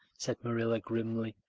said marilla grimly,